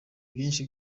byinshi